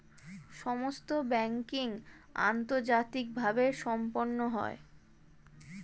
সমস্ত ব্যাংকিং আন্তর্জাতিকভাবে সম্পন্ন হয়